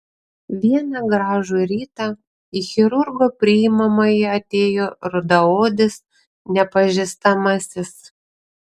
vieną gražų rytą į chirurgo priimamąjį atėjo rudaodis nepažįstamasis